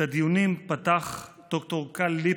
את הדיונים פתח ד"ר קרל ליפא,